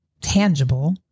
tangible